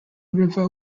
river